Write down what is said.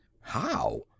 How